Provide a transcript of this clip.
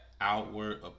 outward